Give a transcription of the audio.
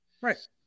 Right